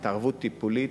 התערבות טיפולית,